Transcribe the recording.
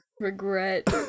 regret